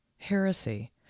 heresy